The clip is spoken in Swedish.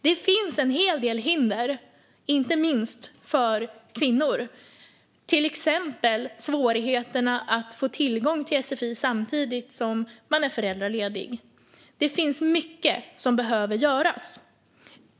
Det finns en hel del hinder inte minst för kvinnor, till exempel svårigheterna att få tillgång till sfi samtidigt som man är föräldraledig. Det finns mycket som behöver göras.